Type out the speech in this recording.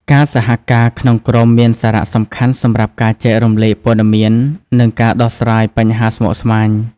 ការសហការក្នុងក្រុមមានសារៈសំខាន់សម្រាប់ការចែករំលែកព័ត៌មាន និងការដោះស្រាយបញ្ហាស្មុគស្មាញ។